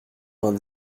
vingt